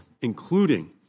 including